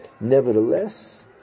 nevertheless